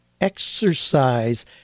exercise